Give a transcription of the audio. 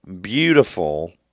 beautiful